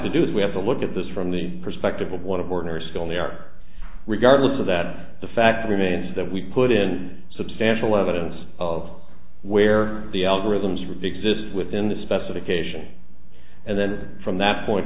to do is we have to look at this from the perspective of one of ordinary skill in the art regardless of that the fact remains that we put in substantial evidence of where the algorithms would be exist within the specification and then from that point